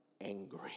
angry